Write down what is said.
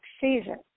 season